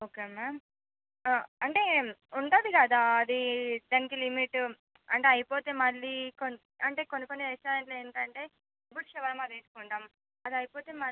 okay ma'am అంటే ఉంటుంది కదా అది దానికి లిమిట్ అంటే అయిపోతే మళ్ళీ కో అంటే కొన్ని కొన్ని రెస్టారెంట్లో ఏంటంటే ఇప్పుడు షవర్మా తీసుకుంటాం అది అయిపోతే మళ్ళీ